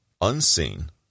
unseen